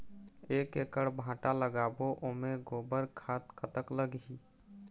एक एकड़ भांटा लगाबो ओमे गोबर खाद कतक लगही?